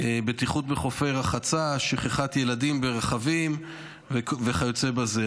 בטיחות בחופי רחצה, שכחת ילדים ברכבים וכיוצא בזה.